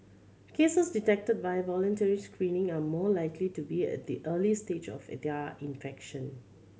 cases detected via voluntary screening are more likely to be at the early stage of their infection